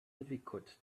difficult